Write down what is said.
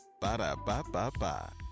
Ba-da-ba-ba-ba